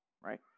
Right